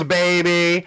baby